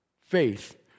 Faith